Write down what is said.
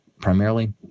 primarily